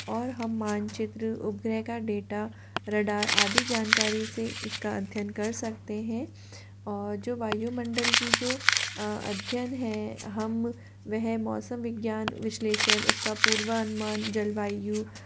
और हम मानचित्र उपग्रह का डेटा रडार आदि जानकारी से इसका अध्ययन कर सकते हैं और जो वायुमंडल की जो अध्ययन है हम वह मौसम विज्ञान विश्लेषण उसका पूर्वानुमान जलवायु